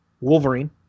Wolverine